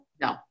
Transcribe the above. No